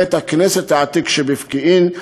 בית-הכנסת העתיק בפקיעין,